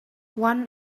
one